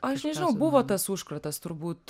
aš nežinau buvo tas užkratas turbūt